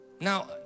Now